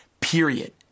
period